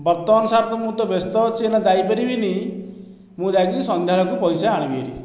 ବର୍ତମାନ ସାର୍ ତ ମୁଁ ତ ବ୍ୟସ୍ତ ଅଛି ଏଇନା ଯାଇପାରିବିନି ମୁଁ ଯାଇକି ସନ୍ଧ୍ୟାବେଳକୁ ପଇସା ଆଣିବି ହେରି